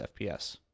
FPS